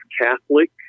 catholic